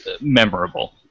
memorable